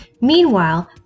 Meanwhile